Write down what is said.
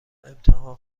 امتحان